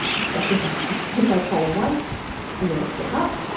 especially if i if if i call once and they don't pick up,